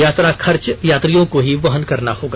यात्रा खर्च यात्रियों को ही वहन करना होगा